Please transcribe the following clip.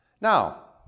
Now